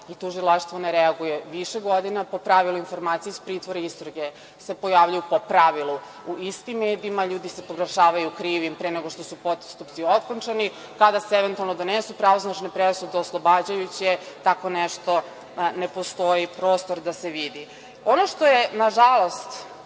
i tužilaštvo ne reaguje više godina. Po pravilu informacije iz pritvora i istrage se pojavljuju, po pravilu, u istim medijima, ljudi se proglašavaju krivim pre nego što su postupci okončani. Kada se eventualno donesu pravosnažne presude, oslobađajuće, tako nešto ne postoji prostor da se vidi. Ono što je, nažalost,